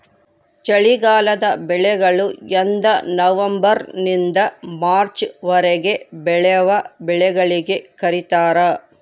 ಚಳಿಗಾಲದ ಬೆಳೆಗಳು ಎಂದನವಂಬರ್ ನಿಂದ ಮಾರ್ಚ್ ವರೆಗೆ ಬೆಳೆವ ಬೆಳೆಗಳಿಗೆ ಕರೀತಾರ